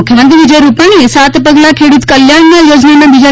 મુખ્યમંત્રી વિજય રૂપાણી એ સાત પગલાં ખેડૂત કલ્યાણાના યોજનાના બીજા